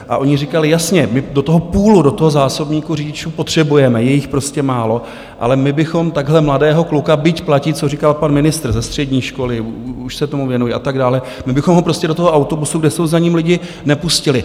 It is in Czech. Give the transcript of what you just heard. A oni říkali jasně, my do toho poolu, do toho zásobníku řidičů potřebujeme, je jich prostě málo, ale my bychom takhle mladého kluka byť platí, co říkal pan ministr, ze střední školy, už se tomu věnuje a tak dále my bychom ho prostě do toho autobusu, kde jsou za ním lidi, nepustili.